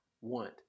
want